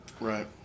Right